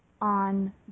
on